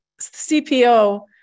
CPO